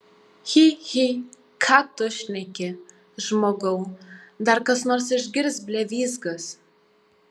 chi chi ką tu šneki žmogau dar kas nors išgirs blevyzgas